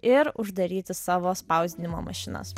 ir uždaryti savo spausdinimo mašinas